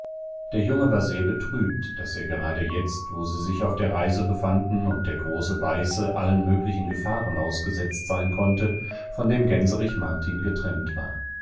der junge war sehr betrübt daß er gerade jetzt wo sie sich auf der reise befanden und der große weiße allen möglichen gefahren ausgesetzt sein konnte vondemgänserichmartingetrenntwar